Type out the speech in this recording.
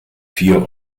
vier